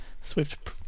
Swift